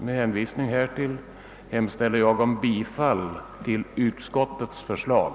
Med hänvisning härtill hemställer jag om bifall till utskottets förslag.